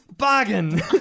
Bargain